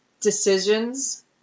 Decisions